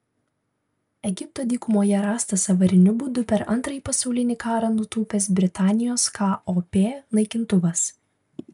egipto dykumoje rastas avariniu būdu per antrąjį pasaulinį karą nutūpęs britanijos kop naikintuvas